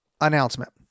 Announcement